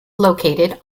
located